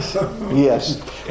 yes